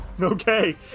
Okay